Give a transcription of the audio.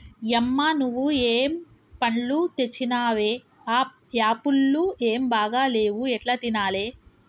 యమ్మ నువ్వు ఏం పండ్లు తెచ్చినవే ఆ యాపుళ్లు ఏం బాగా లేవు ఎట్లా తినాలే